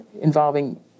involving